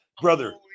Brother